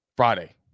Friday